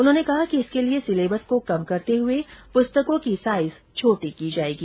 उन्होंने कहा कि इसके लिये सिलेबस को कम करते हुए पुस्तकों की साइज छोटी की जायेगी